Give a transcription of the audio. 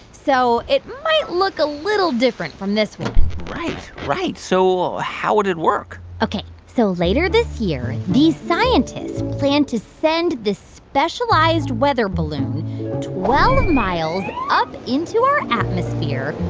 so it might look a little different from this one right. right. so how would it work? ok. so later this year, these scientists plan to send this specialized weather balloon twelve miles up into our atmosphere,